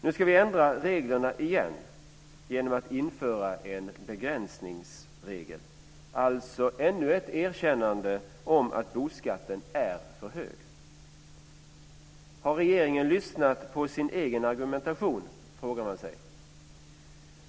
Nu ska vi ändra reglerna igen genom att införa en begränsningsregel, alltså ännu ett erkännande om att boskatten är för hög. Har regeringen lyssnat på sin egen argumentation, frågar man sig?